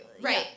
Right